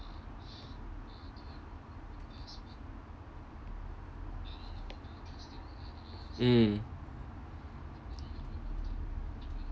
mm